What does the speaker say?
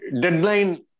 Deadline